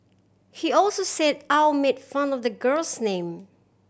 he also said Au made fun of the girl's name